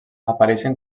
apareixen